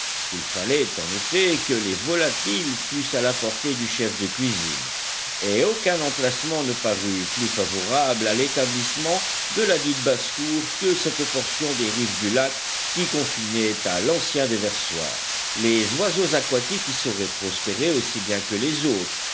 il fallait en effet que les volatiles fussent à la portée du chef de cuisine et aucun emplacement ne parut plus favorable à l'établissement de ladite basse-cour que cette portion des rives du lac qui confinait à l'ancien déversoir les oiseaux aquatiques y sauraient prospérer aussi bien que les autres